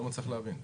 אני לא מצליח להבין.